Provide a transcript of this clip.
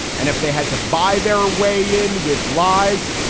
and if they had to buy their way in with lies,